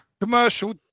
commercial